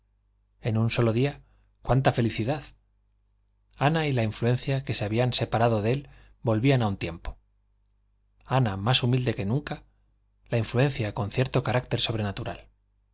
en un solo día cuánta felicidad ana y la influencia que se habían separado de él volvían a un tiempo ana más humilde que nunca la influencia con cierto carácter sobrenatural